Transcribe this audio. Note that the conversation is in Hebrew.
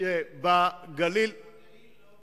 בגליל אף